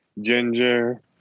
Ginger